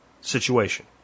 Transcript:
situation